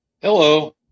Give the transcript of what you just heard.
Hello